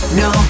no